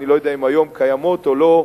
אני לא יודע אם היום הן קיימות או לא,